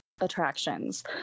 Attractions